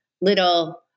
little